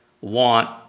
want